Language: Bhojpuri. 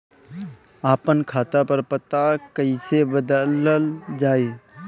आपन खाता पर पता कईसे बदलल जाई?